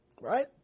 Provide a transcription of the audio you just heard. right